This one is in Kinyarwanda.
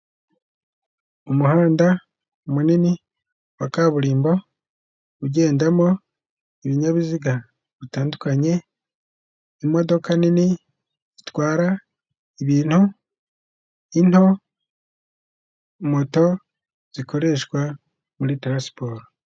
Umuhanda munini wa kaburimbo ugendamo ibinyabiziga bitandukanye, imodoka nini zitwara ibintu, into, moto zikoreshwa muri tarasiporo.